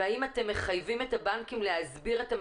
והאם אתם מחייבים את הבנקים להסביר את ה